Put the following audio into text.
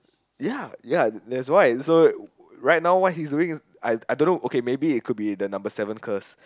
ya ya that's why so right now what's he's doing I I dunno okay maybe it could be the number seven curse